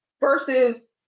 versus